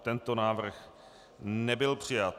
Tento návrh nebyl přijat.